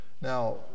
Now